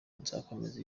nzakomeza